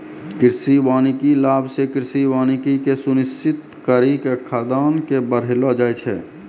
कृषि वानिकी लाभ से कृषि वानिकी के सुनिश्रित करी के खाद्यान्न के बड़ैलो जाय छै